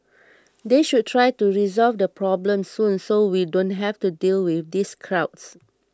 they should try to resolve the problem soon so we don't have to deal with these crowds